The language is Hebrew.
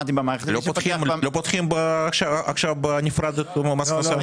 פותחים עכשיו בנפרד מס הכנסה?